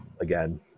again